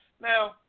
Now